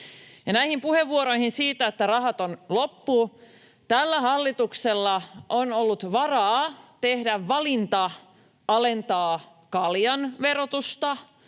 näihin puheenvuoroihin siitä, että rahat on loppu: Tällä hallituksella on ollut varaa tehdä valinta alentaa kaljan verotusta,